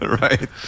Right